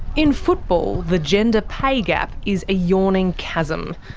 in football the gender pay gap is a yawning chasm.